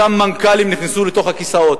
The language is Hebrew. אותם מנכ"לים נכנסו לתוך הכיסאות.